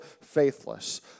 faithless